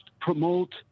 promote